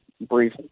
brief